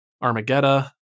Armageddon